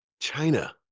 china